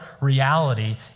reality